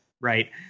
right